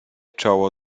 czoło